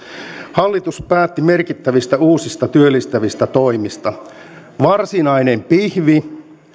hallitus päätti merkittävistä uusista työllistävistä toimista varsinainen pihvi